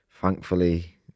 thankfully